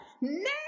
no